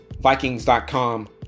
vikings.com